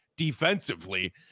defensively